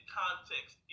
context